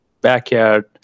backyard